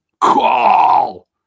call